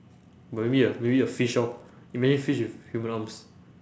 maybe a maybe a fish lor imagine fish with human arms